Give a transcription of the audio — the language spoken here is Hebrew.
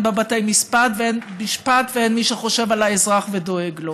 בה בתי משפט ואין מי שחושב על האזרח ודואג לו.